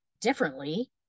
differently